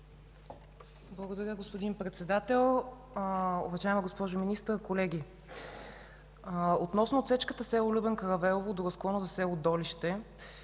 Благодаря, господин Председател. Уважаема госпожо Министър, колеги! Относно отсечката село Любен Каравелово до разклона за село Долище